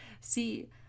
See